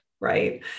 right